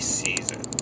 season